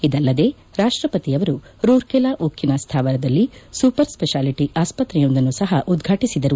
ಇದಲ್ಲದೇ ರಾಷ್ಟ ಪತಿಯವರು ರೂರ್ಕೆಲಾ ಉಕ್ಕಿನ ಸ್ನಾವರದಲ್ಲಿ ಸೂಪರ್ ಸ್ಪೆಷಾಲಿಟಿ ಆಸ್ಪತ್ರೆಯೊಂದನ್ನು ಸಹ ಉದ್ಘಾಟಿಸಿದರು